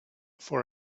for